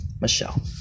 Michelle